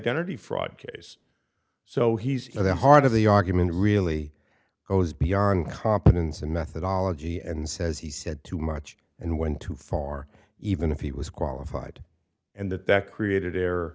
identity fraud case so he's at the heart of the argument really goes beyond competence and methodology and says he said too much and went too far even if he was qualified and that that created